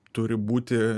turi būti